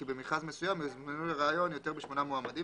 כי במכרז מסוים יזומנו לריאיון יותר משמונה מועמדים